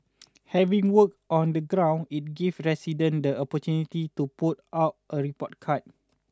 having worked on the ground it gives resident the opportunity to put out a report card